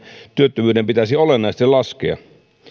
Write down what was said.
työttömyyden pitäisi olennaisesti laskea